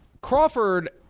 Crawford